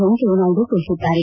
ವೆಂಕಯ್ಯನಾಯ್ತು ತಿಳಿಸಿದ್ದಾರೆ